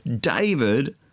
David